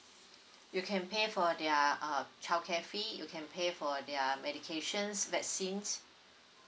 you can pay for their uh childcare fee you can pay for their medications vaccines